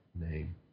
name